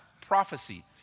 prophecy